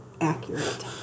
accurate